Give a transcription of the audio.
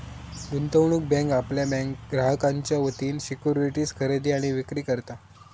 गुंतवणूक बँक आपल्या ग्राहकांच्या वतीन सिक्युरिटीज खरेदी आणि विक्री करता